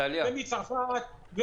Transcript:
מצרפת,